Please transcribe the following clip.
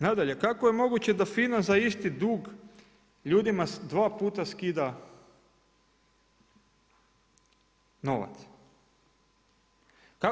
Nadalje kako je moguće da FINA za isti dug ljudima dva puta skida novac?